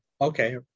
Okay